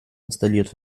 installiert